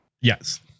Yes